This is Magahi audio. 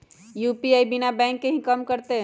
यू.पी.आई बिना बैंक के भी कम करतै?